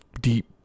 deep